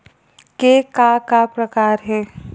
के का का प्रकार हे?